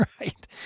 right